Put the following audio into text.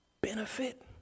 benefit